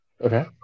Okay